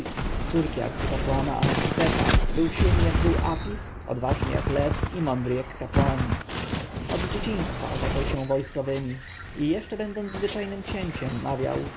córki arcykapłana amenhotepa był silny jak wół apis odważny jak lew i mądry jak kapłani od dzieciństwa otaczał się wojskowymi i jeszcze będąc zwyczajnym księciem mawiał